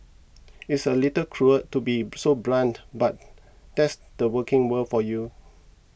it's a little cruel to be so blunt but that's the working world for you